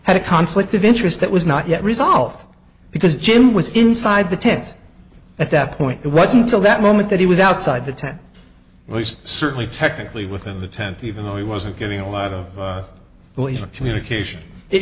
had a conflict of interest that was not yet resolved because jim was inside the tent at that point it was until that moment that he was outside the tent it was certainly technically within the temp even though he wasn't getting a lot of communication it